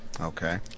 Okay